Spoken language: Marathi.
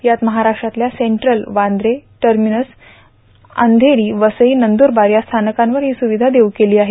यात महाराष्ट्रातल्या सेंट्रल वांद्रे टर्मिनस अंधेरी वसई नंदूरबार या स्थानकांवर ही सुविधा देऊ केली आहे